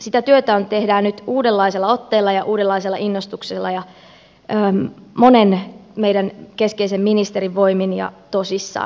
sitä työtä tehdään nyt uudenlaisella otteella ja uudenlaisella innostuksella ja monen meidän keskeisen ministerin voimin ja tosissaan